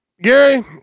Gary